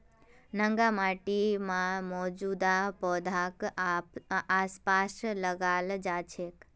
नंगा माटी या मौजूदा पौधाक आसपास लगाल जा छेक